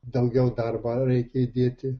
daugiau darbo reikia įdėti